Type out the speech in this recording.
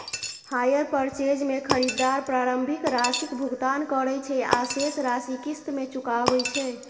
hire purchase मे खरीदार प्रारंभिक राशिक भुगतान करै छै आ शेष राशि किस्त मे चुकाबै छै